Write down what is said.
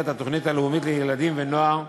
התוכנית הלאומית לילדים ונוער בסיכון,